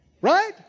Right